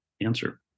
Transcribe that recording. answer